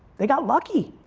they got lucky.